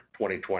2020